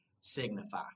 signify